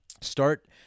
Start